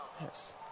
Yes